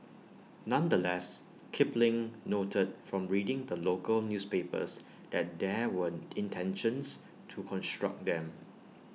nonetheless Kipling noted from reading the local newspapers that there were intentions to construct them